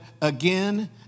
again